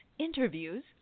Interviews